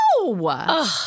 No